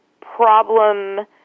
problem